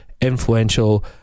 influential